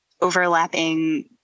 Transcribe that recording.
overlapping